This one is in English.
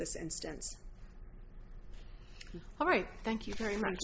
this instance all right thank you very much